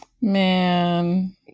Man